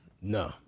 No